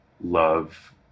love